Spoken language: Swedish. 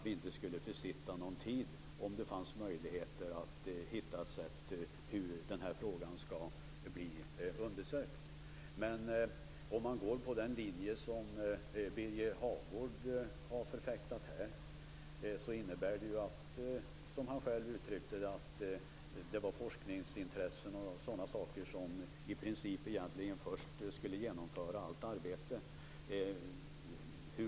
Vi skulle inte försitta någon tid om det fanns möjligheter att finna sätt att undersöka frågan. Men om man går på den linje Birger Hagård har förfäktat, innebär det - som han själv uttryckte det - att forskningsintressen osv. först skall genomföra allt arbete.